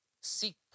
seek